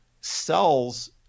cells